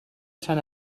sant